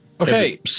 Okay